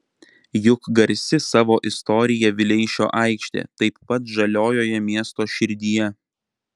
juk garsi savo istorija vileišio aikštė taip pat žaliojoje miesto širdyje